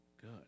good